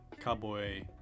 Cowboy